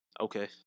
Okay